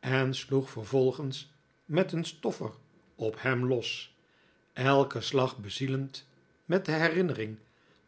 en sloeg vervolgens met een stoffer op hem los elken slag bezielend met de herinnering